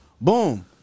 boom